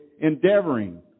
endeavoring